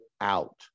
out